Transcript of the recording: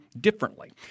differently